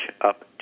up